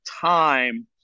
time